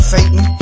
Satan